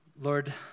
Lord